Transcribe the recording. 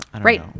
Right